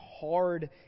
hard